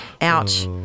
ouch